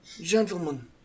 Gentlemen